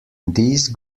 these